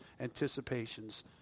anticipations